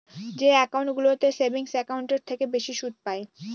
যে একাউন্টগুলোতে সেভিংস একাউন্টের থেকে বেশি সুদ পাই